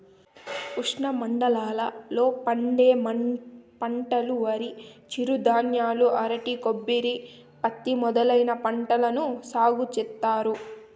ఉష్ణమండలాల లో పండే పంటలువరి, చిరుధాన్యాలు, అరటి, కొబ్బరి, పత్తి మొదలైన పంటలను సాగు చేత్తారు